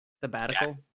Sabbatical